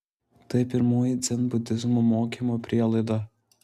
tai pirmoji dzenbudizmo mokymo prielaida